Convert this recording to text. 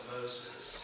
Moses